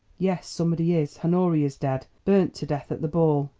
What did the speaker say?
yes somebody is. honoria's dead. burnt to death at the ball.